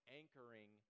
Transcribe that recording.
anchoring